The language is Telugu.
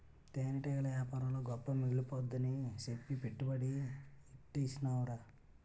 తేనెటీగల యేపారంలో గొప్ప మిగిలిపోద్దని సెప్పి పెట్టుబడి యెట్టీసేనురా